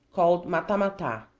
called mata-mata.